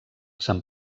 se’n